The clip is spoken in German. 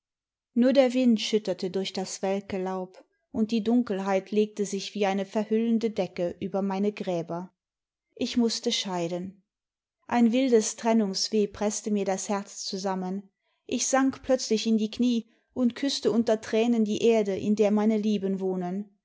nur der wind schütterte durch das welke laub und die dunkelheit legte sich wie eine verhüllende decke über meine gräben ich mußte scheiden ein wildes trennungsweh preßte mir das herz zusammen ich sank plötzlich in die knie und küßte unter tränen die erde in der meine lieben wohnen